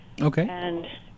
Okay